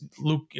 Luke